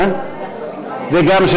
וגם